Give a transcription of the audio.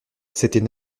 c’était